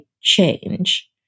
change